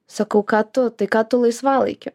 sakau ką tu tai ką tu laisvalaikiu